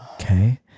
okay